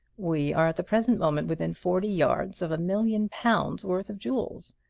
we are at the present moment within forty yards of a million pounds' worth of jewels.